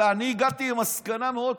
אני הגעתי למסקנה מאוד פשוטה.